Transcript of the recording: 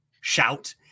shout